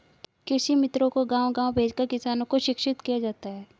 कृषि मित्रों को गाँव गाँव भेजकर किसानों को शिक्षित किया जाता है